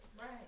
Right